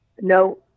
no